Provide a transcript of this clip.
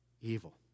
evil